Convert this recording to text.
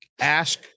ask